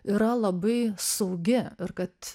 yra labai saugi ir kad